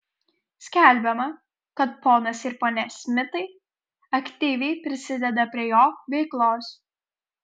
skelbiama kad ponas ir ponia smitai aktyviai prisideda prie jo veiklos